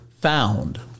found